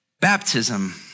Baptism